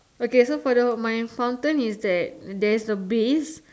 okay so for the my fountain is that there's a base